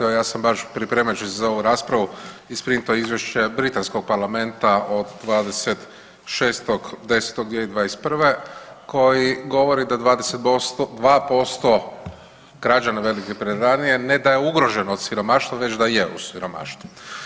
Evo ja sam baš pripremajući se za ovu raspravu isprintao izvješće britanskog parlamenta od 26.10.2021. koji govori da 2% građana Velike Britanije ne da je ugroženo od siromaštva već da je u siromaštvu.